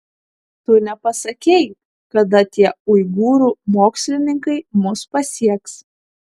tu nepasakei kada tie uigūrų mokslininkai mus pasieks